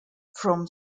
from